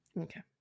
Okay